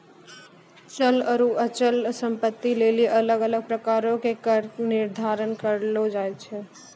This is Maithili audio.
चल आरु अचल संपत्ति लेली अलग अलग प्रकारो के कर निर्धारण करलो जाय छै